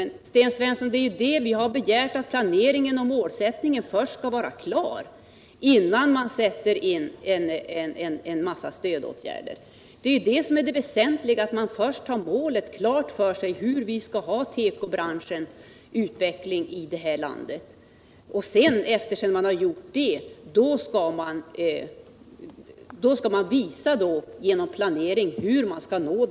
Men, Sten Svensson, vad vi begärt är att planeringen och målsättningen skall vara klara innan man sätter in en mängd stödåtgärder. Det är det väsentliga — att först ha målet klart för sig för tekobranschens utveckling i det här landet och sedan genom en planering visa hur det målet skall nås.